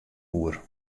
oer